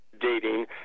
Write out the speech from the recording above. dating